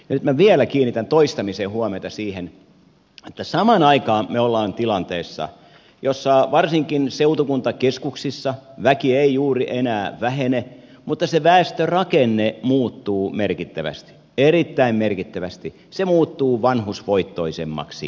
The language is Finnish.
nyt minä vielä kiinnitän toistamiseen huomiota siihen että samaan aikaan me olemme tilanteessa jossa varsinkin seutukuntakeskuksissa väki ei juuri enää vähene mutta se väestörakenne muuttuu merkittävästi erittäin merkittävästi se muuttuu vanhusvoittoisemmaksi